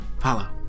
Follow